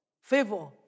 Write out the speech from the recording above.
favor